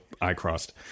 eye-crossed